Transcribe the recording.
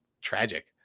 tragic